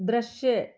दृश्य